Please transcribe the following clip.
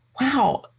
wow